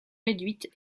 réduites